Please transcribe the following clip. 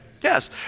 Yes